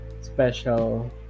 special